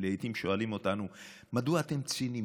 הם לעיתים שואלים אותנו: מדוע אתם ציניים?